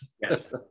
Yes